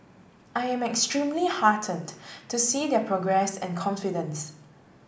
I am extremely heartened to see their progress and confidence